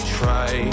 try